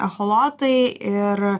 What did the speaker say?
echolotai ir